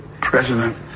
president